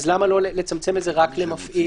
למה לא לצמצם את זה רק למפעיל?